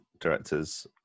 directors